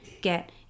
get